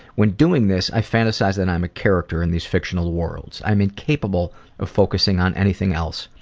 when doing this, i fantasize that i'm a character in these fictional worlds. i'm incapable of focusing on anything else.